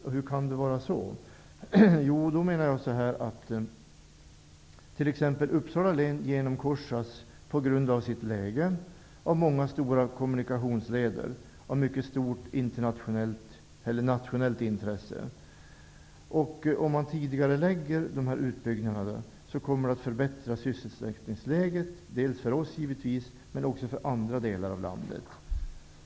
Hur kan det vara så? Jo, jag menar att Uppsala län, på grund av sitt läge, genomkorsas av många stora kommunikationsleder av mycket stort nationellt intresse. Om man tidigarelägger dessa utbyggnader kommer det att förbättra sysselsättningsläget, dels för oss, givetvis, dels för andra delar av landet.